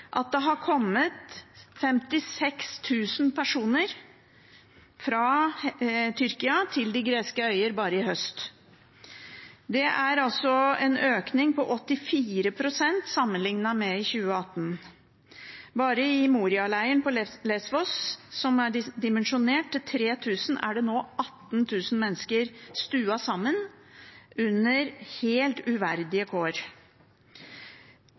at det har kommet 56 000 personer fra Tyrkia til de greske øyene bare i høst. Det er en økning på 84 pst. sammenlignet med i 2018. Bare i Moria-leiren på Lésvos, som er dimensjonert for 3 000, er nå 18 000 mennesker stuet sammen under helt uverdige kår.